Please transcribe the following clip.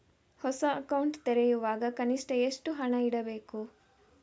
ಹೊಸ ಅಕೌಂಟ್ ತೆರೆಯುವಾಗ ಕನಿಷ್ಠ ಎಷ್ಟು ಹಣ ಇಡಬೇಕು?